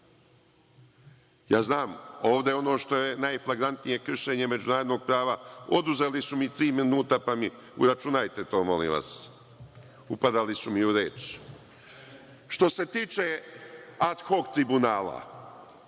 znam ovde ono što je najflagrantnije, kršenje međunarodnog prava, oduzeli su tri minuta pa mi uračunajte to, molim vas, upadali su mi u reč. Što se tiče ad hok Tribunala,